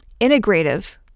integrative